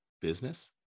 business